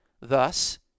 thus